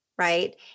right